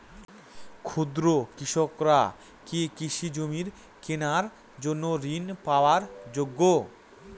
ক্ষুদ্র কৃষকরা কি কৃষি জমি কেনার জন্য ঋণ পাওয়ার যোগ্য?